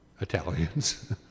Italians